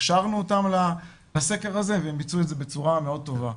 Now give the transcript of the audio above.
הכשרנו אותם לבצע את הסקר הזה והם ביצעו את זה בצורה מאוד טובה.